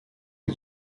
est